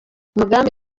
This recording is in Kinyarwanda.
umugambi